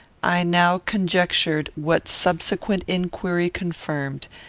i now conjectured, what subsequent inquiry confirmed,